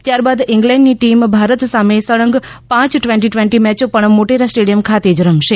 ત્યાર બાદ ઈંગ્લેન્ડની ટીમ ભારત સામે સળંગ પાંચ ટવેન્ટી ટવેન્ટી મેચો પણ મોટેરા સ્ટેડિયમ ખાતે રમશે